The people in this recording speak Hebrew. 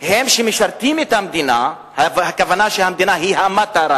הם שמשרתים את המדינה, הכוונה שהמדינה היא המטרה,